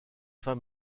fins